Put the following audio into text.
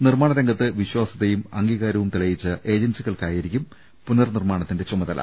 നിർമ്മാണ രംഗത്ത് വിശ്വാസൃതയും അംഗീകാരവും തെളിയിച്ച ഏജൻസികൾക്കായിരിക്കും പുനർനിർമ്മാണ ത്തിന്റെ ചുമതല